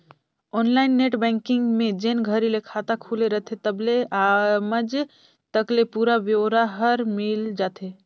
online net banking में जेन घरी ले खाता खुले रथे तबले आमज तक के पुरा ब्योरा हर मिल जाथे